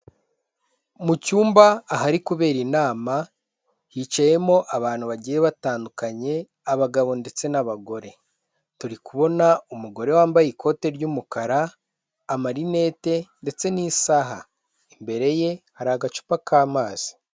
Mu cyumba ahari kubera inama, hicayemo abantu bagiye batandukanye, abagabo ndetse n'abagore, turi kubona umugore wambaye ikote ry'umukara, amarinete ndetse n'isaha, imbere ye hari agacupa k'amazi.